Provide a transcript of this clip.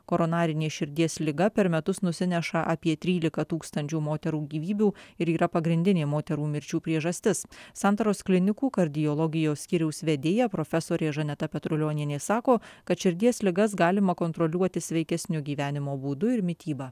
koronarinė širdies liga per metus nusineša apie trylika tūkstančių moterų gyvybių ir yra pagrindinė moterų mirčių priežastis santaros klinikų kardiologijos skyriaus vedėja profesorė žaneta petrulionienė sako kad širdies ligas galima kontroliuoti sveikesniu gyvenimo būdu ir mityba